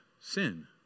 sin